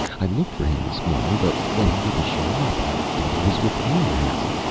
i looked for him this morning, but when he didn't show up, i thought he was with you, hal.